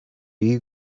you